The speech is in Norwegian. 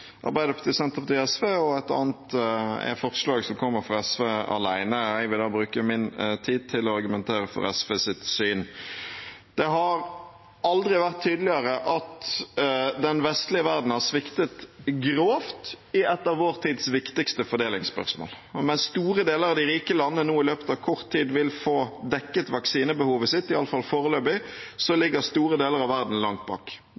Arbeiderpartiet, Senterpartiet og SV, og det andre er et forslag som kommer fra SV alene. Jeg vil bruke min tid til å argumentere for SVs syn. Det har aldri før vært tydeligere at den vestlige verden har sviktet grovt i et av vår tids viktigste fordelingsspørsmål. Mens store deler av de rike landene nå i løpet av kort tid vil få dekket vaksinebehovet sitt, i alle fall foreløpig,